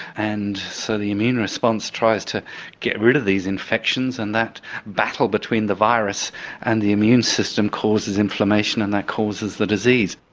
and so the immune response tries to get rid of these infections, and that battle between the virus and the immune system causes inflammation and that causes the disease.